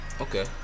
Okay